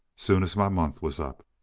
soon as my month was up.